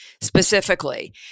specifically